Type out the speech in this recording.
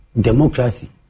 Democracy